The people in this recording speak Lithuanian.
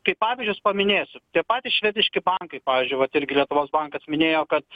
kaip pavyzdžius paminėsiu tie patys švediški bankai pavyzdžiui vat irgi lietuvos bankas minėjo kad